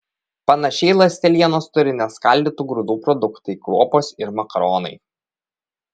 panašiai ląstelienos turi neskaldytų grūdų produktai kruopos ir makaronai